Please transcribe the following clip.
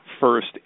first